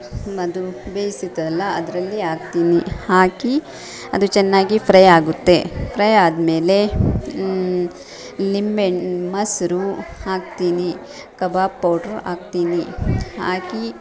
ಅದು ಬೇಯಿಸಿತ್ತಲ್ಲ ಅದರಲ್ಲಿ ಹಾಕ್ತೀನಿ ಹಾಕಿ ಅದು ಚೆನ್ನಾಗಿ ಫ್ರೈಯ್ಯಾಗುತ್ತೆ ಫ್ರೈ ಆದ್ಮೇಲೆ ನಿಂಬೆಹಣ್ಣು ಮೊಸರು ಹಾಕ್ತೀನಿ ಕಬಾಬ್ ಪೌಡ್ರ್ ಹಾಕ್ತೀನಿ ಹಾಕಿ